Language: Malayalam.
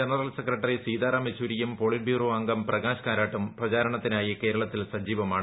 ജനറൽ സെക്രട്ടറി സീതാറാം യെച്ചൂരിയും പോളിറ്റ് ബ്യൂറോ അംഗം പ്രകാശ് കാരാട്ടും പ്രചാരണത്തിനായി കേരളത്തിൽ സജിദ്ധമാണ്